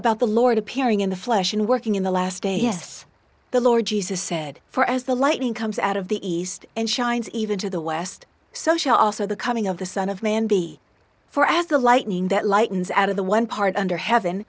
about the lord appearing in the flesh and working in the last day yes the lord jesus said for as the lightning comes out of the east and shines even to the west so she also the coming of the son of man be for as the lightning that lightens out of the one part under heaven